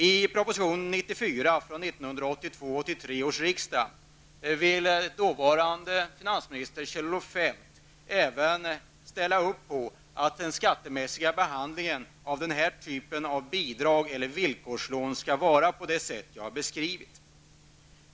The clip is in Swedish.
I proposition 1982/83:94 ville dåvarande finansminister Kjell-Olof Feldt även ställa upp på att den skattemässiga behandlingen av denna typ av bidrag eller villkorslån skulle se ut på det sätt som jag har beskrivit.